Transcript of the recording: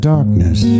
Darkness